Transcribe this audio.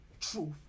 truth